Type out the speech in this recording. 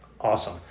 awesome